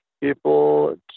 people